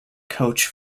coach